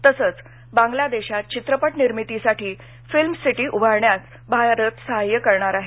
तसंच बांग्लादेशात चित्रपट निर्मितीसाठी फिल्मसिटी उभारण्यात भारत सहाय्य करणार आहे